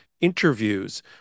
interviews